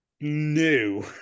new